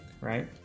right